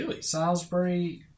Salisbury